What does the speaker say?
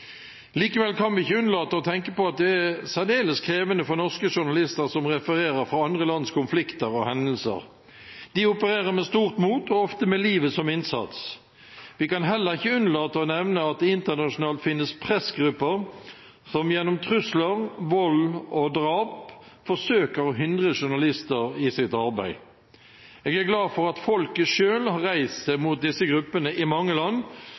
Likevel kan vi ikke unnlate å tenke på at det er særdeles krevende for norske journalister som refererer fra andre lands konflikter og hendelser. De opererer med stort mot, og ofte med livet som innsats. Vi kan heller ikke unnlate å nevne at det internasjonalt finnes pressgrupper som gjennom trusler, vold og drap forsøker å hindre journalister i deres arbeid. Jeg er glad for at folket selv har reist seg mot disse gruppene i mange land,